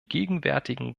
gegenwärtigen